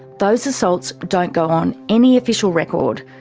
those assaults don't go on any official record,